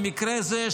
במקרה זה,